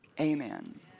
Amen